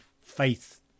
faith